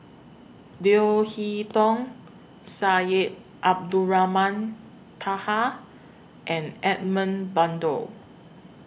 Leo Hee Tong Syed Abdulrahman Taha and Edmund Blundell